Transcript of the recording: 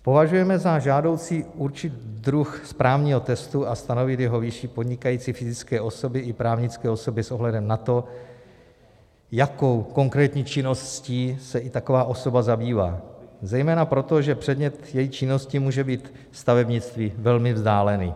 Považujeme za žádoucí určit druh správního trestu a stanovit jeho výši podnikající fyzické osoby i právnické osoby s ohledem na to, jakou konkrétní činností se i taková osoba zbývá, zejména proto, že předmět její činnosti může být stavebnictví velmi vzdálený.